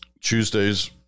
Tuesdays